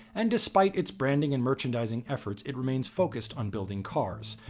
and despite its branding and merchandising efforts, it remains focused on building cars.